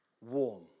warm